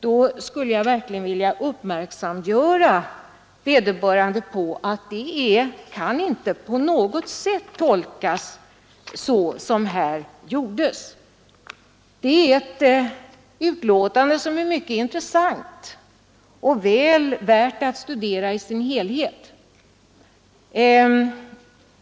Då skulle jag verkligen vilja göra vederbörande uppmärksam på att det inte på något sätt kan tolkas så som hon gjorde. Det är ett utlåtande som är mycket intressant och väl värt att studera i sin helhet.